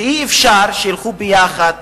אני חושב שאי-אפשר שילכו ביחד,